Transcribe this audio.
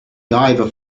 diver